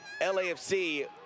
LAFC